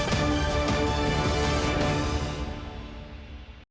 Дякую,